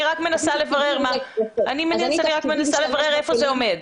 אני רק מנסה לברר היכן זה עומד.